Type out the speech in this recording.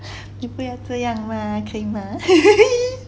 你不要这样啦可以吗:ni bu yao zhe yang lah ke yi ma